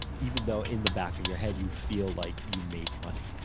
even though in the back of your head, you feel like you made money.